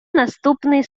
наступний